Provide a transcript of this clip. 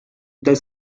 the